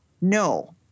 No